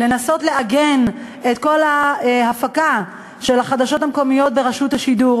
לנסות לעגן את כל ההפקה של החדשות המקומיות ברשות השידור,